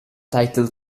title